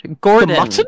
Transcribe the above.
Gordon